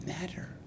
matter